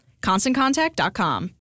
ConstantContact.com